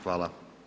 Hvala.